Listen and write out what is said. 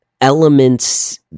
elements